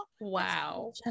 wow